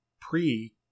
pre-